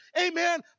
amen